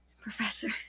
professor